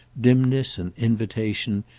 dimness and invitation,